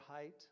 height